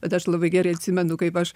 bet aš labai gerai atsimenu kaip aš